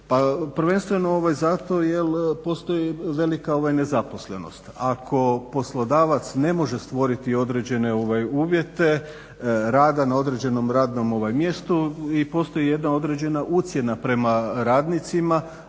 prvenstveno zato jer postoji velika nezaposlenost. Ako poslodavac ne može stvoriti određene uvjete rada na određenom radnom mjestu i postoji jedna određena ucjena prema radnicima,